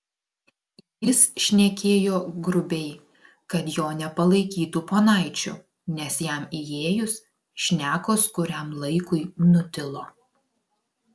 jis šnekėjo grubiai kad jo nepalaikytų ponaičiu nes jam įėjus šnekos kuriam laikui nutilo